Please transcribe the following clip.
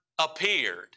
appeared